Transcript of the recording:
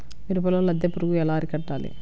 మిరపలో లద్దె పురుగు ఎలా అరికట్టాలి?